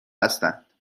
هستند